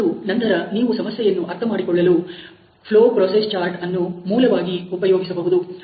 ಮತ್ತು ನಂತರ ನೀವು ಸಮಸ್ಯೆಯನ್ನು ಅರ್ಥ ಮಾಡಿಕೊಳ್ಳಲು ಫ್ಲೋ ಪ್ರೋಸೆಸ್ ಚಾರ್ಟ್ ಅನ್ನು ಮೂಲವಾಗಿ ಉಪಯೋಗಿಸಬಹುದು